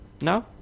No